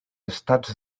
estats